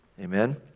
Amen